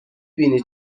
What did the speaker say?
بینی